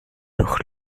durch